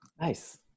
Nice